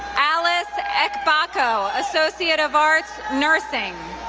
alice ebako, associate of arts, nursing.